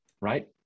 Right